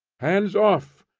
hands off!